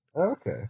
Okay